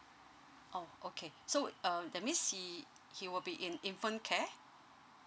oh okay so uh that means he he will be in infant care